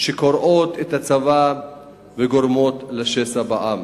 שקורעות את הצבא וגורמות לשסע בעם.